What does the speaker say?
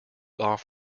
off